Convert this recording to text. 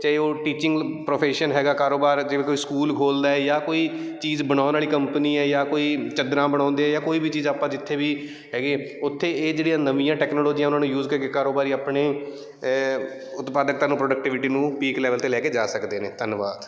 ਚਾਹੇ ਉਹ teaching profession ਹੈਗਾ ਕਾਰੋਬਾਰ ਜਿਵੇਂ ਕੋਈ ਸਕੂਲ ਖੋਲ੍ਹਦਾ ਜਾਂ ਕੋਈ ਚੀਜ਼ ਬਣਾਉਣ ਵਾਲੀ ਕੰਪਨੀ ਹੈ ਜਾਂ ਕੋਈ ਚਾਦਰਾਂ ਬਣਾਉਂਦੇ ਜਾਂ ਕੋਈ ਵੀ ਚੀਜ਼ ਆਪਾਂ ਜਿੱਥੇ ਵੀ ਹੈਗੇ ਉੱਥੇ ਇਹ ਜਿਹੜੀਆਂ ਨਵੀਆਂ ਟੈਕਨੋਲੋਜੀਆਂ ਉਹਨਾਂ ਨੂੰ ਯੂਜ਼ ਕਰਕੇ ਕਾਰੋਬਾਰੀ ਆਪਣੀ ਉਤਪਾਦਕਤਾ ਨੂੰ ਪ੍ਰੋਡਕਟੀਵਿਟੀ ਨੂੰ ਪੀਕ ਲੈਵਲ 'ਤੇ ਲੈ ਕੇ ਜਾ ਸਕਦੇ ਨੇ ਧੰਨਵਾਦ